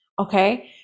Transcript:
Okay